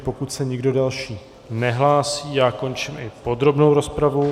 Pokud se nikdo další nehlásí, končím i podrobnou rozpravu.